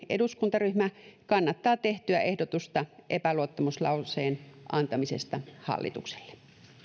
eduskuntaryhmä kannattaa tehtyä ehdotusta epäluottamuslauseen antamisesta hallitukselle